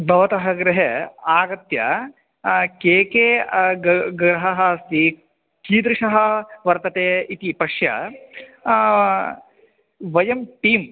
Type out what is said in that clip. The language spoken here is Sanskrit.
भवतः गृहे आगत्य के के ग् गृहः अस्ति कीदृशः वर्तते इति पश्य वयं टीम्